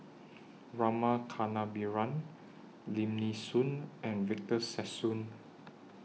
Rama Kannabiran Lim Nee Soon and Victor Sassoon